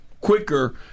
quicker